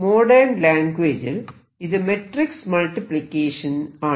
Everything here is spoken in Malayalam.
മോഡേൺ ലാൻഗ്വേജിൽ ഇത് മെട്രിക്സ് മൾട്ടിപ്ലിക്കേഷൻ ആണ്